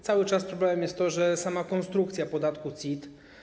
Cały czas problemem jest to, że sama konstrukcja podatku CIT.